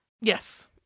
Yes